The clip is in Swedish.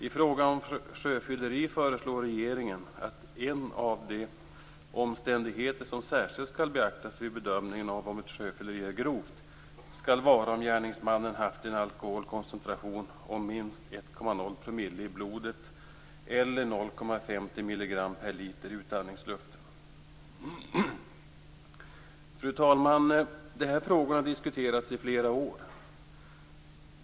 I fråga om sjöfylleri föreslår regeringen att en av de omständigheter som särskilt skall beaktas vid bedömningen av om ett sjöfylleribrott är grovt skall vara om gärningsmannen haft en alkoholkoncentration om minst 1,0 % i blodet eller 0,50 milligram per liter i utandningsluften. Fru talman! De här frågorna har diskuterats i flera år.